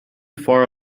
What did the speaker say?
far